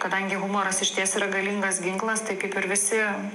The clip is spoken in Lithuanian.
kadangi humoras išties yra galingas ginklas taip ir visi